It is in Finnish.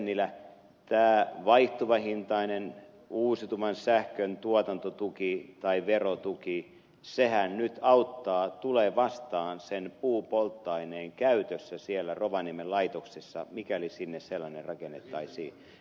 tennilä tämä vaihtuvahintainen uusiutuvan sähkön tuotantotuki tai verotukihan nyt auttaa tulee vastaan sen puupolttoaineen käytössä siellä rovaniemen laitoksessa mikäli sinne sellainen rakennettaisiin